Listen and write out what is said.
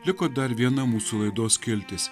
liko dar viena mūsų laidos skiltis